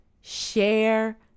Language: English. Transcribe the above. share